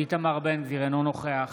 אינו נוכח